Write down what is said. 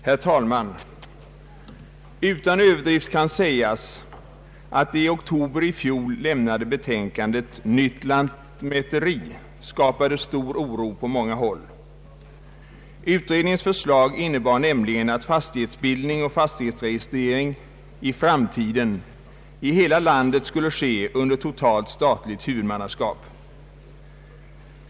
Herr talman! Utan överdrift kan sägas att det i oktober i fjol lämnade betänkandet Nytt lantmäteri skapade stor oro på många håll. Utredningens förslag innebar nämligen att fastighetsbild ning och fastighetsregistrering i framtiden i hela landet skulle ske under totalt statligt huvudmannaskap.